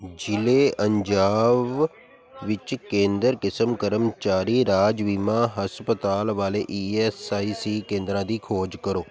ਜ਼ਿਲ੍ਹੇ ਅੰਜਾਵ ਵਿੱਚ ਕੇਂਦਰ ਕਿਸਮ ਕਰਮਚਾਰੀ ਰਾਜ ਬੀਮਾ ਹਸਪਤਾਲ ਵਾਲੇ ਈ ਐੱਸ ਆਈ ਸੀ ਕੇਂਦਰਾਂ ਦੀ ਖੋਜ ਕਰੋ